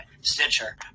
Stitcher